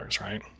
right